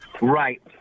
right